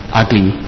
ugly